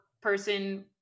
person